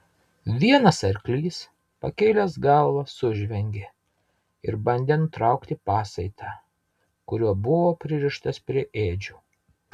vienas arklys pakėlęs galvą sužvengė ir bandė nutraukti pasaitą kuriuo buvo pririštas prie ėdžių